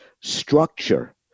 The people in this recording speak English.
structure